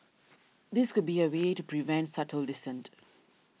this could be a way to prevent subtle dissent